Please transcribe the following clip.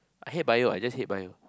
I hate Bio I just hate bio